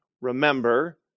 remember